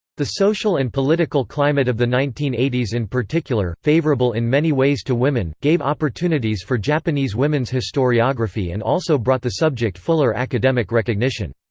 the social and political climate of the nineteen eighty s in particular, favorable in many ways to women, gave opportunities for japanese women's historiography and also brought the subject fuller academic recognition.